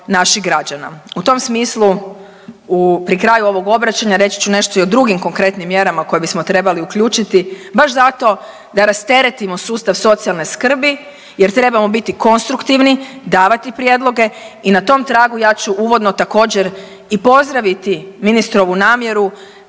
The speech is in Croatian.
U tom smislu pri kraju ovog obraćanja reći ću nešto i o drugim konkretnim mjerama koje bismo trebali uključiti baš zato da rasteretimo sustav socijalne skrbi jer trebamo biti konstruktivni, davati prijedloge i na tom tragu ja ću uvodno također i pozdraviti ministrovu namjeru